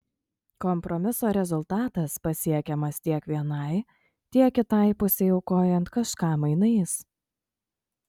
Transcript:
kompromiso rezultatas pasiekiamas tiek vienai tiek kitai pusei aukojant kažką mainais